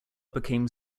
became